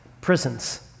prisons